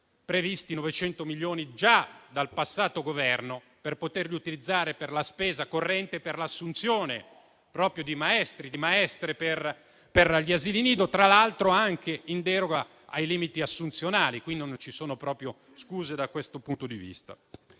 previsti 900 milioni già dal passato Governo da poter utilizzare per la spesa corrente per l'assunzione proprio di maestri e maestre per gli asili nido, tra l'altro anche in deroga ai limiti assunzionali; quindi, non ci sono proprio scuse da questo punto di vista.